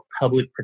public